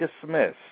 dismissed